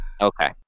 Okay